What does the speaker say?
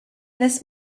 this